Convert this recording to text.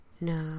No